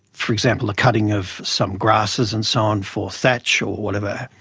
for example the cutting of some grasses and so on for thatch or whatever,